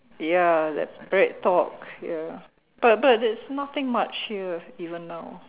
ya that's Breadtalk ya but but there's nothing much here even now